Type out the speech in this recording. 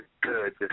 good